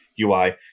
UI